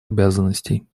обязанностей